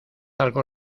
algo